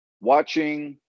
watching